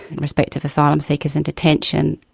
in respect of asylum seekers in detention.